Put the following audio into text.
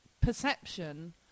perception